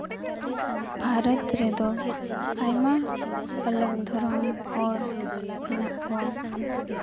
ᱵᱷᱟᱨᱚᱛ ᱨᱮᱫᱚ ᱟᱭᱢᱟ ᱟᱞᱟᱜᱽ ᱫᱷᱚᱨᱚᱢ ᱦᱚᱲ ᱦᱮᱱᱟᱜ ᱠᱚᱣᱟ